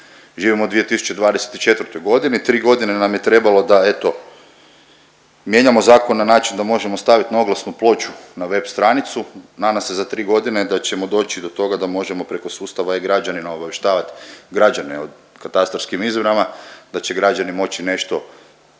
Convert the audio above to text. Živimo u 2024.g., 3.g. nam je trebalo da eto mijenjamo zakon na način da možemo stavit na oglasnu ploču i na web stranicu, nadam se za 3.g. da ćemo doći do toga da možemo preko sustava e-građanina obavještavat građane o katastarskim izmjerama, da će građani moći nešto,